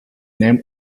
named